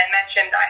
mentioned